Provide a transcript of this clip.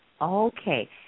Okay